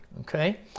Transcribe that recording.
okay